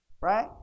right